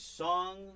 Song